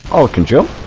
falcon joe